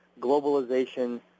globalization